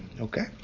Okay